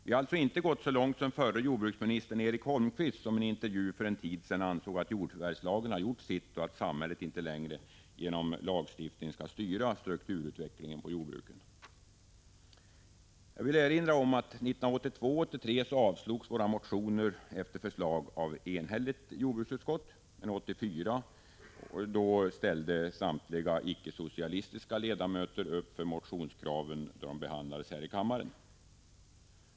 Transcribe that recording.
Vi har alltså inte gått så långt som förre jordbruksministern Eric Holmqvist som i en intervju för en tid sedan ansåg att jordförvärvslagen har gjort sitt och att samhället inte längre genom lagstiftning skall styra strukturutvecklingen på jordbruket. Jag vill erinra om att 1982 och 1983 avslogs våra motioner efter förslag av ett enhälligt jordbruksutskott. 1984 ställde samtliga icke-socialistiska ledamöter upp för motionskraven då de behandlades här i kammaren.